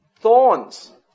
thorns